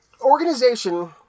organization